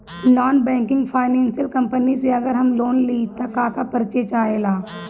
Non banking financial company से अगर हम लोन लि त का का परिचय चाहे ला?